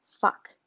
Fuck